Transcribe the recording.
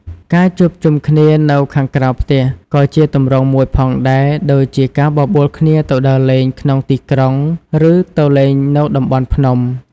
ការជួបជុំគ្នានៅខាងក្រៅផ្ទះក៏ជាទម្រង់មួយផងដែរ ដូចជាការបបួលគ្នាទៅដើរលេងក្នុងទីក្រុងឬទៅលេងនៅតំបន់ភ្នំ។